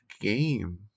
game